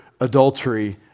adultery